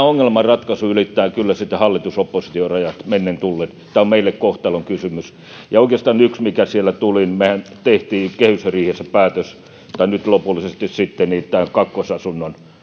ongelman ratkaisu ylittää kyllä sitten hallitus oppositio rajat mennen tullen tämä on meille kohtalonkysymys oikeastaan on yksi mikä siellä tuli mehän teimme kehysriihessä päätöksen tai nyt lopullisesti sitten tästä kakkosasunnon